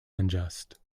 unjust